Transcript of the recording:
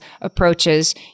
approaches